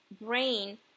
brain